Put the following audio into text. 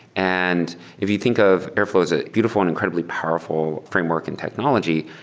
and if you think of airfl ow, it's a beautiful and incredibly powerful framework in technology,